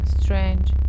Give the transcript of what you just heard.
strange